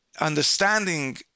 understanding